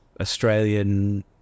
Australian